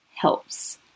helps